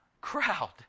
crowd